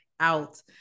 out